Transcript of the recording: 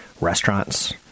restaurants